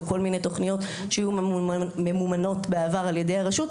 או כל מיני תוכניות שהיו ממומנות בעבר על ידי הרשות,